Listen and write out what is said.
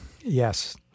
Yes